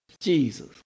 Jesus